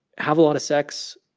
have a lot of sex,